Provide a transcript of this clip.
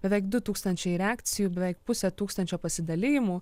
beveik du tūkstančiai reakcijų beveik pusė tūkstančio pasidalijimų